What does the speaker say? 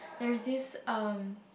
there is this um